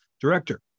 Director